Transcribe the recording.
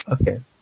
Okay